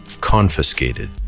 confiscated